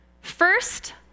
First